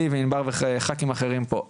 אני וענבר וח"כים אחרים פה,